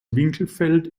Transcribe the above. winkelfeld